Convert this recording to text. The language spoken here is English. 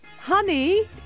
honey